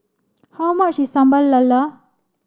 how much Sambal Lala